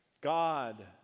God